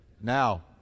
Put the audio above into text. Now